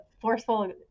forceful